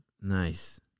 Nice